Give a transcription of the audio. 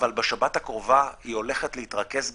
אבל בשבת הקרובה היא הולכת להתרכז בירושלים.